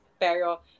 Pero